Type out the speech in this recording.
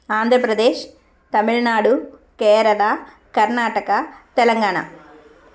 Andhra Pradesh Tamil Nadu Kerala Karnataka Telangana